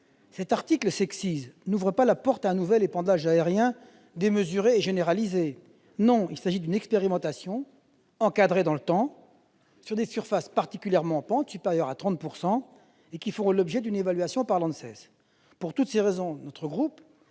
L'article 14 n'ouvre pas la porte à un nouvel épandage aérien démesuré et généralisé. Il s'agit d'une expérimentation, encadrée dans le temps, sur des surfaces en particulier, avec des pentes supérieures à 30 %, et qui fera l'objet d'une évaluation de l'ANSES. Pour toutes ces raisons, notre groupe